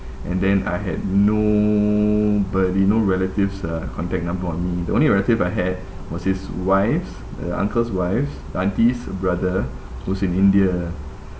and then I had nobody no relatives uh contact number on me the only relative I had was his wife's the uncle's wife's auntie's brother who's in india